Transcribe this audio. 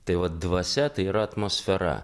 tai va dvasia tai yra atmosfera